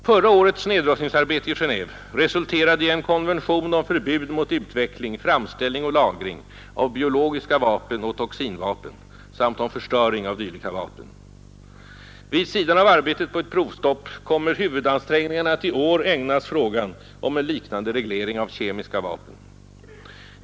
Förra årets nedrustningsarbete i Genéve resulterade i en konvention om förbud mot utveckling, framställning och lagring av biologiska vapen och toxinvapen samt om förstöring av dylika vapen. Vid sidan av arbetet på ett provstopp kommer huvudansträngningarna att i år ägnas frågan om en liknande reglering av de kemiska vapnen.